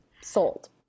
sold